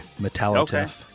Metallica